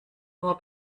nur